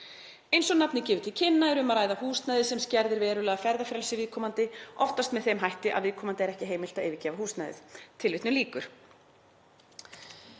Eins og nafnið gefur til kynna er um að ræða húsnæði sem skerðir verulega ferðafrelsi viðkomandi, oftast með þeim hætti að viðkomandi er ekki heimilt að yfirgefa húsnæðið.“ Það var